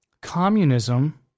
Communism